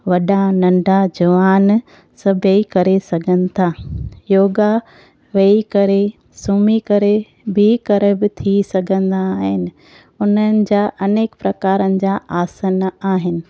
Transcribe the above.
वॾा नंढा जुवान सभेई करे सघनि था योगा वेही करे सुम्ही करे बीह करे बि थी सघंदा आहिनि उन्हनि जा अनेक प्रकारनि जा आसन आहिनि